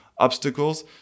Obstacles